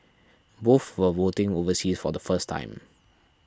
both were voting overseas for the first time